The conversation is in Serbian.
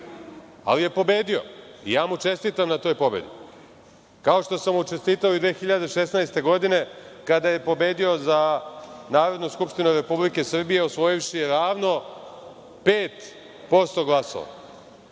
ali je pobedio i ja mu čestitam na toj pobedi, kao što sam mu čestitao 2016. godine kada je pobedio za Narodnu skupštinu Republike Srbije osvojivši ravno 5% glasova